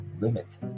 limit